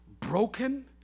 broken